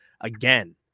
again